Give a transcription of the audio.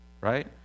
right